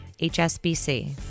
HSBC